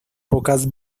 pocas